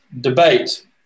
debate